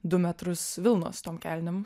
du metrus vilnos tom kelnėm